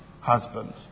husband